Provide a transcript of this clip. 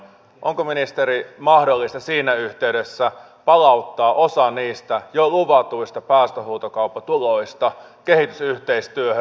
onko ministeri mahdollista siinä yhteydessä palauttaa osa niistä jo luvatuista päästöhuutokauppatuloista kehitysyhteistyöhön